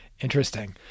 Interesting